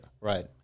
Right